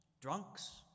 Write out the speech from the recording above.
drunks